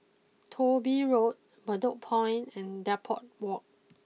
Thong Bee Road Bedok Point and Depot walk